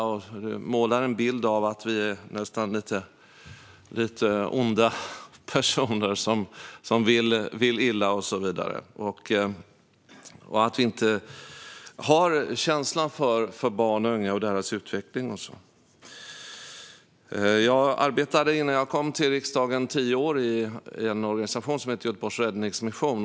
Du målar en bild av att vi är nästan lite onda personer som vill illa och så vidare och att vi inte har känsla för barn och unga och deras utveckling. Jag arbetade innan jag kom till riksdagen tio år i en organisation som heter Göteborgs Räddningsmission.